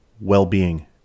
well-being